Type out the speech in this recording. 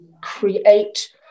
create